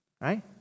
Right